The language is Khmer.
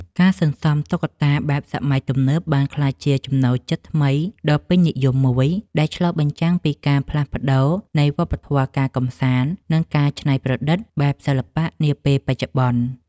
ការសន្សំតុក្កតាបែបសម័យទំនើបបានក្លាយជាចំណូលចិត្តថ្មីដ៏ពេញនិយមមួយ ដែលឆ្លុះបញ្ចាំងពីការផ្លាស់ប្តូរនៃវប្បធម៌ការកម្សាន្ត និងការច្នៃប្រឌិតបែបសិល្បៈនាពេលបច្ចុប្បន្ន។